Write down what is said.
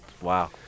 wow